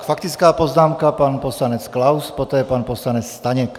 Faktická poznámka pan poslanec Klaus, poté pan poslanec Staněk.